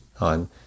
on